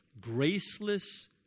graceless